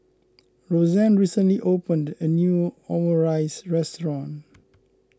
Roseanne recently opened a new Omurice restaurant